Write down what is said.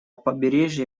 побережье